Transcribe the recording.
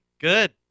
Good